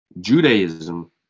Judaism